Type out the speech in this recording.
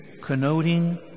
connoting